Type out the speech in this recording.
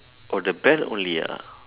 oh the bag only ah